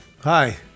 hi